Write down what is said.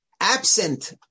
absent